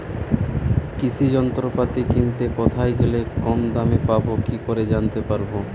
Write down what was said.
কৃষি যন্ত্রপাতি কিনতে কোথায় গেলে কম দামে পাব কি করে জানতে পারব?